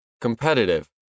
Competitive